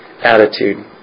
attitude